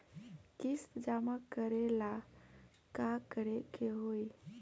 किस्त जमा करे ला का करे के होई?